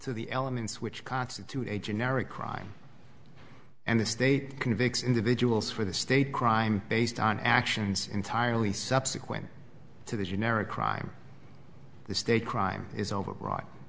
to the elements which constitute a generic crime and the state convicts individuals for the state crime based on actions entirely subsequent to the generic crime the state crime is over